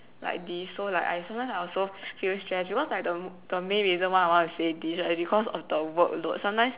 like this so like I sometimes I also feel stressed because like the the main reason why I want to say this right is because of the workload sometimes